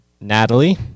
Natalie